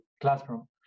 classroom